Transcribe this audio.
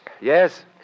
Yes